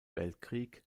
weltkrieg